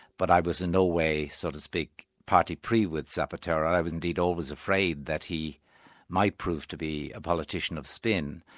but i was in no way, so to speak, parti pris, with zapatero, i was indeed always afraid that he might prove to be a politician of spin.